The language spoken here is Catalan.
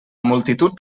multitud